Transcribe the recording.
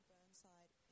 Burnside